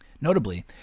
Notably